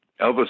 Elvis